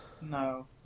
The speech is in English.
No